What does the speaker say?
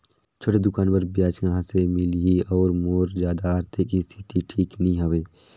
छोटे दुकान बर ब्याज कहा से मिल ही और मोर जादा आरथिक स्थिति ठीक नी हवे?